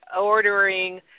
ordering